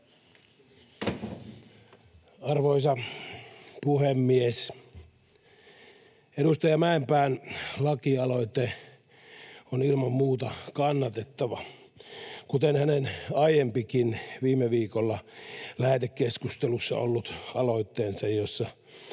Arvoisa puhemies! Edustaja Mäenpään lakialoite on ilman muuta kannatettava kuten hänen aiempikin, viime viikolla lähetekeskustelussa ollut aloitteensa, jossa